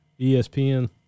ESPN